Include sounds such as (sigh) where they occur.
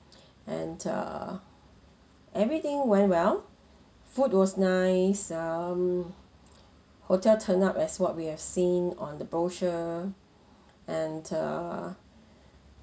(breath) and err everything went well food was nice um hotel turn up as what we have seen on the brochure and err